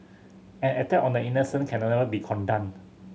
an attack on the innocent can never be condoned